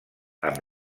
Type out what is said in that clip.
amb